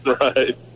Right